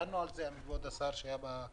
דיברנו על זה עם כבוד השר עת היה בוועדה